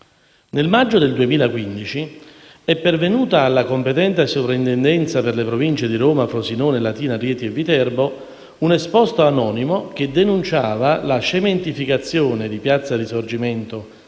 Nel maggio del 2015, è pervenuto alla competente Soprintendenza per le Province di Roma, Frosinone, Latina, Rieti e Viterbo un esposto anonimo che denunciava «la cementificazione di piazza Risorgimento